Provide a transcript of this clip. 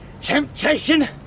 Temptation